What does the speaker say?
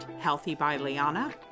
healthybyliana